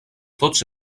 tots